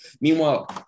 Meanwhile